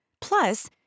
Plus